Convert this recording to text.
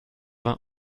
vingt